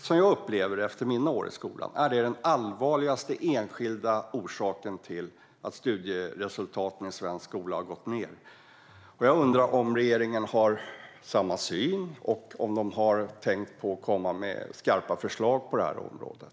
Som jag upplever det efter mina år i skolan är detta den allvarligaste enskilda orsaken till att studieresultaten i svensk skola har gått ned. Jag undrar om regeringen har samma syn och om man har tänkt på att komma med skarpa förslag på det här området.